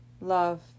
love